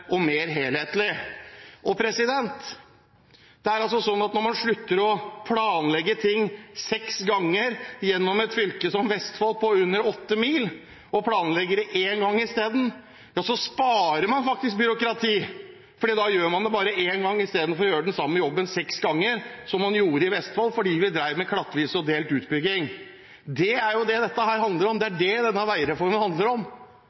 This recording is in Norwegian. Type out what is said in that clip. og mer helhetlig. Det er altså sånn at når man slutter å planlegge ting seks ganger gjennom et fylke som Vestfold, på under åtte mil, og planlegger det én gang isteden, så sparer man faktisk byråkrati, for da gjør man det bare én gang istedenfor å gjøre den samme jobben seks ganger, som man gjorde i Vestfold fordi man drev med klattvis og delt utbygging. Det er jo det dette handler om. Det er det denne veireformen handler om